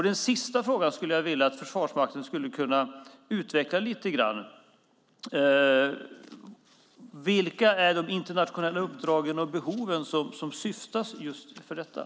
Det sista skälet skulle jag vilja att försvarsministern utvecklar lite grann. Vilka är de internationella uppdragen och behoven som åsyftas just för detta?